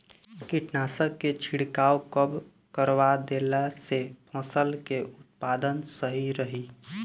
कीटनाशक के छिड़काव कब करवा देला से फसल के उत्पादन सही रही?